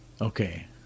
Okay